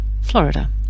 Florida